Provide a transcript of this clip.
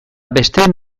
besteen